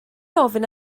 ofyn